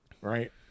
Right